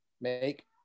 make